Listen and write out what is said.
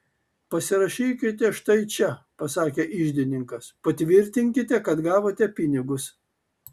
pasirašykite štai čia pasakė iždininkas patvirtinkite kad gavote pinigus